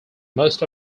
most